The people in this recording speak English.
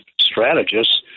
strategists